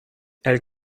elle